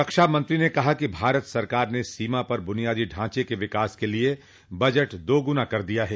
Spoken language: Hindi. रक्षा मंत्री ने कहा कि भारत सरकार ने सीमा पर बुनियादी ढांचे के विकास के लिए बजट दोगुना कर दिया है